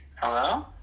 Hello